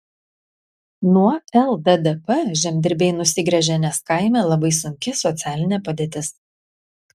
nuo lddp žemdirbiai nusigręžė nes kaime labai sunki socialinė padėtis